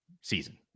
season